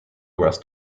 rest